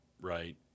Right